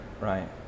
right